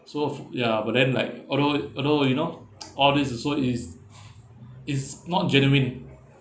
so ya but then like although although you know all this also is is not genuine